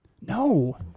No